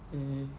mm